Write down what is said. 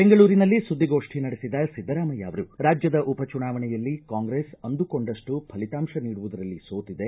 ಬೆಂಗಳೂರಿನಲ್ಲಿ ಸುದ್ದಿಗೋಷ್ಠಿ ನಡೆಸಿದ ಸಿದ್ದರಾಮಯ್ಯ ಅವರು ರಾಜ್ವದ ಉಪಚುನಾವಣೆಯಲ್ಲಿ ಕಾಂಗ್ರೆಸ್ ಅಂದುಕೊಂಡಪ್ಟು ಫಲಿತಾಂಶ ನೀಡುವುದರಲ್ಲಿ ಸೋತಿದೆ